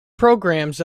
programs